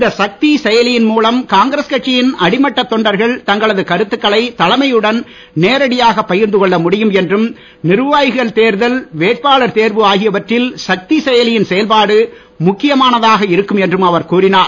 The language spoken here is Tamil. இந்த சக்தி செயலியின் மூலம் காங்கிரஸ் கட்சியின் அடிமட்டத் தொண்டர்கள் தங்களது கருத்துக்களை தலைமையுடன் நேரடியாக பகிர்ந்துகொள்ள முடியும் என்றும் நிர்வாகிகள் தேர்தல் வேட்பாளர் தேர்வு ஆகியவற்றில் சக்த செயலியின் செயல்பாடு முக்கியமானதாக இருக்கும் என்றும் அவர் கூறினார்